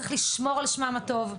צריך לשמור על שמם הטוב,